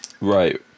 Right